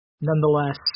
nonetheless